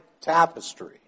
tapestry